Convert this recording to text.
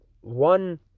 one